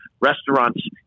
restaurants